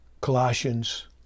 Colossians